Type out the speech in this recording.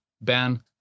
Ben